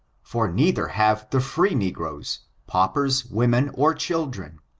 for neither have the free negroes, paupers, women, or children.